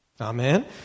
Amen